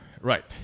Right